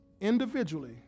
Individually